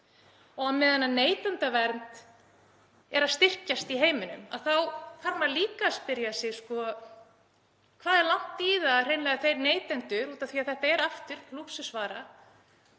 þetta. Meðan neytendavernd er að styrkjast í heiminum þá þarf maður líka að spyrja sig: Hvað er langt í það hreinlega að neytendur, af því að þetta er lúxusvara,